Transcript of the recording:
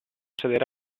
sedere